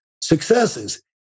successes